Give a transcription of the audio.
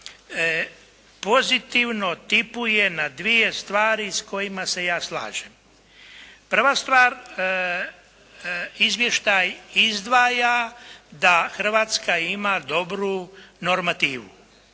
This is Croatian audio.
izvještaj pozitivno tipuje na dvije stvari s kojima se ja slažem. Prva stvar, izvještaj izdvaja da Hrvatska ima dobru normativu.